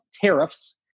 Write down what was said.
tariffs